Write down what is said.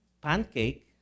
pancake